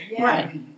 right